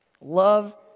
Love